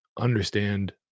understand